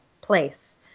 place